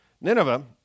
Nineveh